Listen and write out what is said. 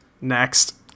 Next